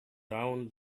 down